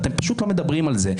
אתם פשוט לא מדברים על זה,